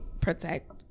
protect